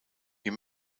you